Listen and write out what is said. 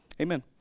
Amen